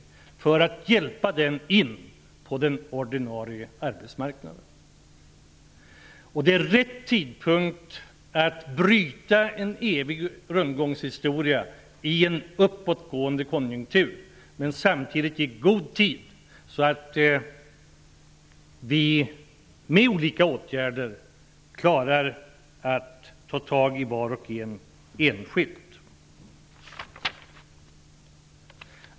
Den utförsäkrade kan på så sätt hjälpas in på den ordinarie arbetsmarknaden. Det är rätt tidpunkt att bryta en evig rundgång i en uppåtgående konjunktur. Samtidigt görs det i god tid så att vi med olika åtgärder klarar att ta tag i var och en enskilt.